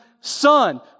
Son